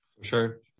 Sure